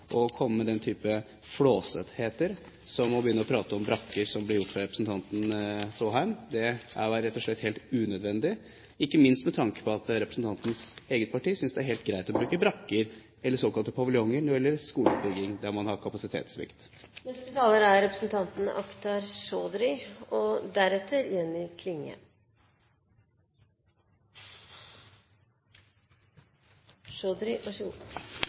komme med den type flåsetheter som å snakke om brakker, som representanten Håheim gjorde. Det var rett og slett helt unødvendig, ikke minst med tanke på at representantens eget parti synes at det er helt greit å bruke brakker, eller såkalte paviljonger, når det gjelder skolebygninger der man har kapasitetssvikt. Dette er en viktig debatt, og